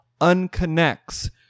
unconnects